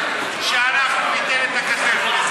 ואנחנו ניתן את הכתף,